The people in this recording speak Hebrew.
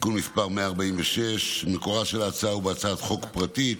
(תיקון מס' 146). מקורה של ההצעה הוא בהצעת חוק פרטית